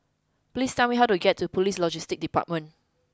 please tell me how to get to Police Logistics Department